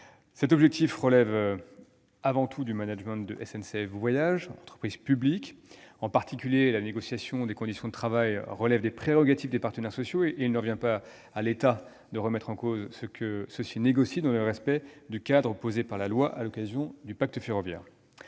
Cet objectif relève avant tout du management de SNCF Voyages, entreprise publique. En particulier, la négociation des conditions de travail participe des prérogatives des partenaires sociaux, et il ne revient pas à l'État de remettre en cause ce que ceux-ci négocient, dans le respect du cadre posé par le pacte ferroviaire.